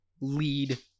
lead